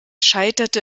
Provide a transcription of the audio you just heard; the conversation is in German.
scheiterte